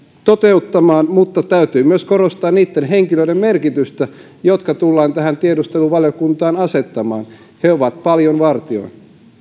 toteuttamaan mutta täytyy myös korostaa niitden henkilöiden merkitystä jotka tullaan tähän tiedusteluvaliokuntaan asettamaan he ovat paljon vartijoina